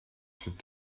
should